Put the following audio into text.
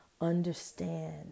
understand